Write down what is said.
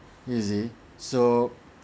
you see so